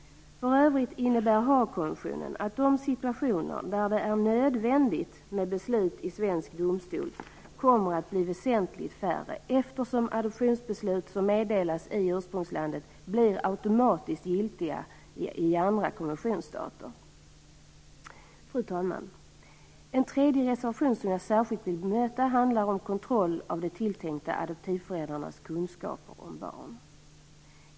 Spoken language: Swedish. För övrigt innebär Haagkonventionen att de situationer där det är nödvändigt med beslut i svensk domstol kommer att bli väsentligt färre, eftersom adoptionsbeslut som meddelats i ursprungslandet automatiskt blir giltiga i andra konventionsstater. Fru talman! En tredje reservation som jag särskilt vill bemöta handlar om kontroll av de tilltänkta adoptivföräldrarnas kunskaper om barn.